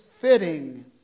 fitting